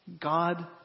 God